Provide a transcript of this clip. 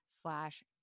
slash